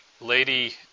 Lady